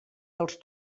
dels